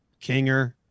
kinger